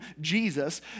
Jesus